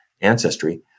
ancestry